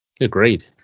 Agreed